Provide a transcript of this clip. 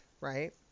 Right